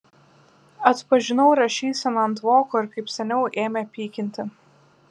atpažinau rašyseną ant voko ir kaip seniau ėmė pykinti